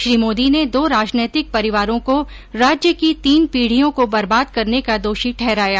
श्री मोदी ने दो राजनीतिक परिवारों को राज्य की तीन पीढियों को बर्बाद करने का दोषी ठहराया